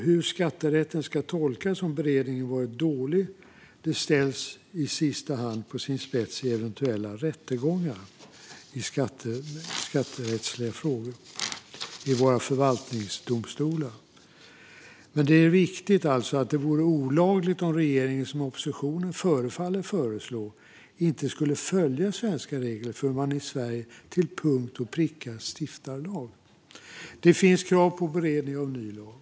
Hur skatterätten ska tolkas om beredningen har varit dålig ställs, i sista hand, på sin spets i eventuella rättegångar om skatterättsliga frågor i våra förvaltningsdomstolar. Men det är viktigt att säga att det vore olagligt om regeringen, som oppositionen förefaller att föreslå, inte skulle följa svenska regler för hur man i Sverige till punkt och pricka stiftar lag. Det finns krav på beredning av ny lag.